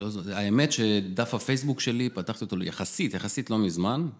האמת שדף הפייסבוק שלי פתחתי אותו יחסית, יחסית לא מזמן.